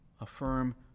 affirm